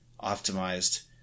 optimized